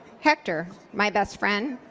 hector, my best friend,